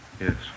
Yes